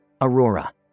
Aurora